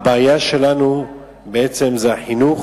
הבעיה שלנו היא בעצם החינוך,